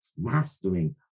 Mastering